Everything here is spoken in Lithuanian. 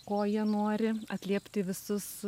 ko jie nori atliepti visus